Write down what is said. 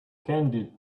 candied